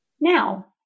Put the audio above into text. now